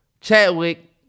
Chadwick